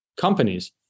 companies